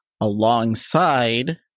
alongside